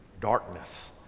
Darkness